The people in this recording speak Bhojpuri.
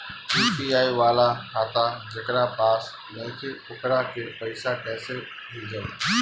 यू.पी.आई वाला खाता जेकरा पास नईखे वोकरा के पईसा कैसे भेजब?